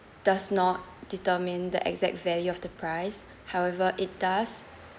does not determine the exact value of the price however it does